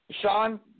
Sean